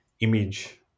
image